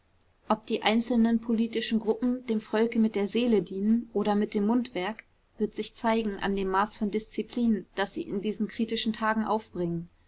ob die einzelnen politischen gruppen dem volke mit der seele dienen oder mit dem mundwerk wird sich zeigen an dem maß von disziplin das sie in diesen kritischen tagen aufbringen